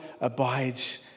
abides